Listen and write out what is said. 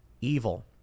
evil